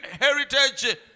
heritage